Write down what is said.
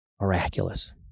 Miraculous